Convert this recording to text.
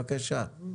בבקשה.